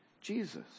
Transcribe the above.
Jesus